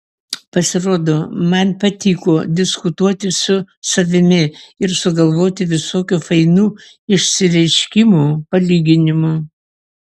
pasirodo man patiko diskutuoti su savimi ir sugalvoti visokių fainų išsireiškimų palyginimų